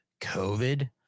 COVID